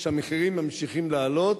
היא שהמחירים ממשיכים לעלות,